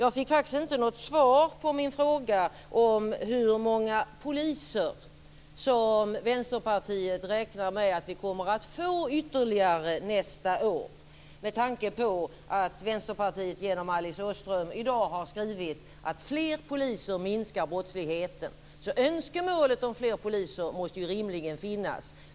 Jag fick faktiskt inte något svar på min fråga om hur många poliser som Vänsterpartiet räknar med att vi kommer att få ytterligare nästa år, med tanke på att Vänsterpartiet genom Alice Åström i dag har skrivit att fler poliser minskar brottsligheten. Önskemålet om fler poliser måste rimligen finnas.